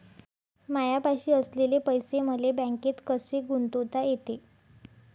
मायापाशी असलेले पैसे मले बँकेत कसे गुंतोता येते?